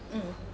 mm